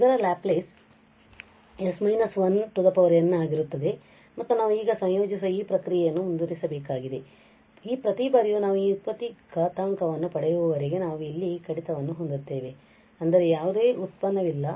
ಆದ್ದರಿಂದ ಇದರ Laplace s − 1n ಆಗಿರುತ್ತದೆ ಮತ್ತು ನಾವು ಈಗ ಸಂಯೋಜಿಸುವ ಈ ಪ್ರಕ್ರಿಯೆಯನ್ನು ಮುಂದುವರಿಸಬೇಕಾಗಿದೆ ಆದ್ದರಿಂದ ಪ್ರತಿಬಾರಿಯೂ ನಾವು ಈ ವ್ಯುತ್ಪತ್ತಿ ಘಾತ ೦ ಅನ್ನು ಪಡೆಯುವವರೆಗೆ ನಾವು ಇಲ್ಲಿ ಕಡಿತವನ್ನು ಹೊಂದುತ್ತೇವೆ ಅಂದರೆ ಯಾವುದೇ ವ್ಯುತ್ಪನ್ನವಿಲ್ಲ